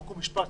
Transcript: חוק ומשפט.